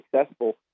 successful